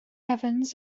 evans